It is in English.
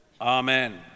Amen